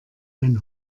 ein